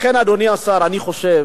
לכן, אדוני השר, אני חושב,